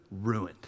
ruined